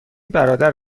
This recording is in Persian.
برادر